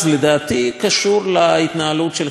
קשור להתנהלות של חיפה כימיקלים.